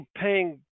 paying